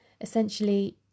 Essentially